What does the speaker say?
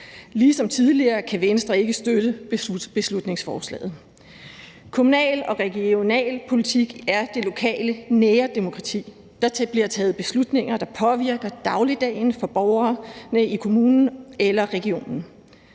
Ligesom tidligere kan Venstre ikke støtte beslutningsforslaget. Kommunal og regional politik er det lokale, nære demokrati. Der bliver taget beslutninger, der påvirker dagligdagen for borgerne i kommunen eller regionen.